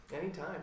anytime